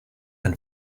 been